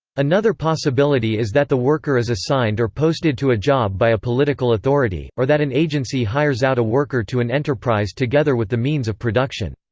another possibility is that the worker is assigned or posted to a job by a political authority, or that an agency hires out a worker to an enterprise together with the means of production.